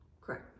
Correct